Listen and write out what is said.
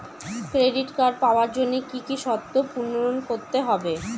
Credit card পাওয়ার জন্য কি কি শর্ত পূরণ করতে হবে?